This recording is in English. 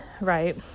right